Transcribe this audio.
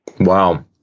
Wow